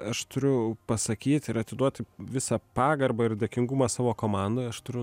aš turiu pasakyt ir atiduoti visą pagarbą ir dėkingumą savo komandoj aš turiu